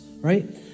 right